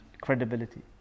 credibility